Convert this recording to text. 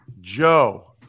Joe